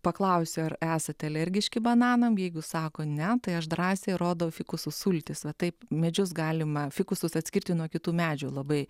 paklausiu ar esate alergiški bananam jeigu sako ne tai aš drąsiai rodau fikusų sultis va taip medžius galima fikusus atskirti nuo kitų medžių labai